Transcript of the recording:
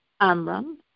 Amram